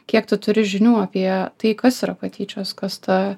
kiek tu turi žinių apie tai kas yra patyčios kas ta